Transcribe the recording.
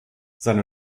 seine